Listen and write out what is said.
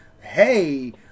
hey